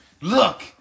Look